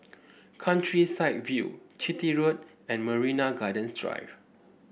Countryside View Chitty Road and Marina Gardens Drive